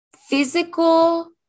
physical